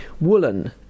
woolen